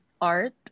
art